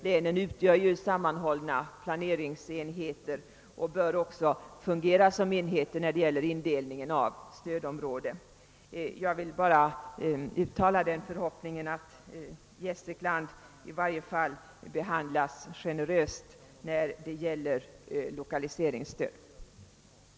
Länen utgör ju sammanhållna planeringsenheter och bör också fungera som enheter när det gäller indelningen av stödområdet. Jag vill uttala den förhoppningen att Gästrikland i varje fall kommer att behandlas generöst i lokaliseringsstödssammanhang.